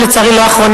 ולצערי לא האחרונה,